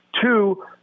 Two